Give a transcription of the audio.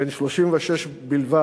בן 36 בלבד,